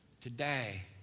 Today